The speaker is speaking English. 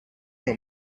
know